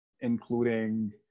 including